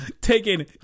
taking